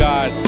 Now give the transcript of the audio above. God